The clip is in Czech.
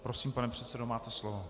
Prosím, pane předsedo, máte slovo.